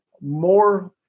more